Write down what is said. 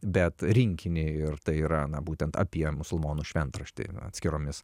bet rinkinį ir tai yra na būtent apie musulmonų šventraštį atskiromis